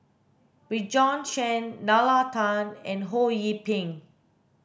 Bjorn Shen Nalla Tan and Ho Yee Ping